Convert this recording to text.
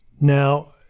Now